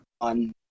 on